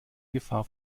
gefahr